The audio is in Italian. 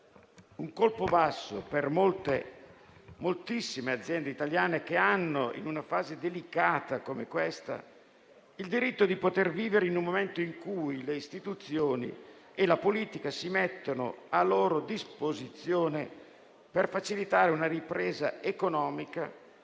Un colpo basso per molte, moltissime aziende italiane che, in una fase delicata come quella che stiamo vivendo, hanno il diritto di poter vivere in un momento in cui le Istituzioni e la politica si mettono a loro disposizione per facilitare una ripresa economica